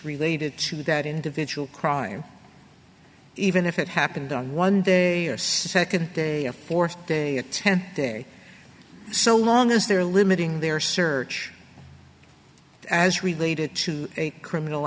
related to that individual crime even if it happened on one day a second day a fourth day attempt there so long as they're limiting their search as related to a criminal